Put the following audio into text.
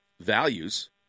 Values